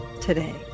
today